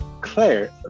Claire